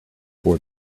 for